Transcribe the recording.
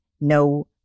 no